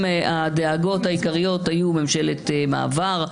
כשהדאגות העיקריות היו ממשלת מעבר,